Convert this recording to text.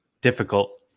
difficult